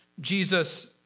Jesus